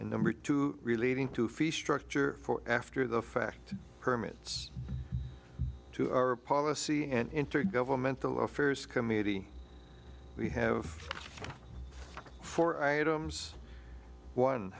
and number two relating to feast for after the fact permits to our policy and intergovernmental affairs committee we have four items one